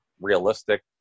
realistic